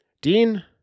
Dean